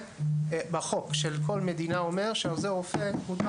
כאשר החוק בכל מדינה אומר שלעוזר רופא מותר